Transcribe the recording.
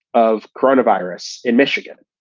of coronavirus in michigan.